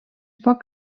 poc